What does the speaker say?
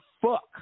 fuck